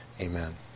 amen